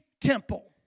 temple